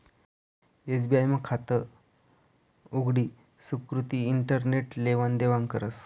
SBI मा खातं उघडी सुकृती इंटरनेट लेवान देवानं करस